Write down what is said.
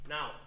Now